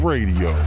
Radio